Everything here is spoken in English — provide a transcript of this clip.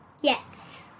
Yes